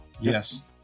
Yes